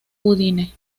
udine